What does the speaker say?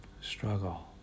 struggle